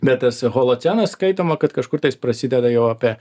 bet tas holocenas skaitoma kad kažkurtais prasideda jau apie